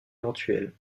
éventuelles